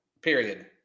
Period